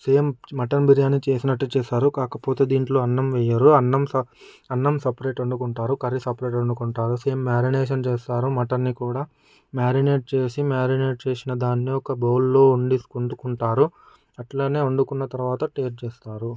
same mutton biryani చేసినట్టే చేస్తారు కాకపోతే దీంట్లో అన్నం వెయ్యరు అన్నం సప అన్నం సపరేట్ వండుకుంటారు కర్రీ సపరేట్గా వండుకుంటారు సేమ్ మ్యారినేట్ చేస్తారు మటన్ని కూడా మ్యారినేట్ చేసి మ్యారినేట్ చేసిన దాన్ని ఒక బౌల్లో వండుకుంటారు అట్లానే వండుకున్న తర్వాత టేస్ట్ చేస్తారు